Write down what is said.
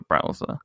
browser